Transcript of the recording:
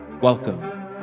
Welcome